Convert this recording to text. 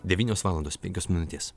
devynios valandos penkios minutės